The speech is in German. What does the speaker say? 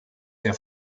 der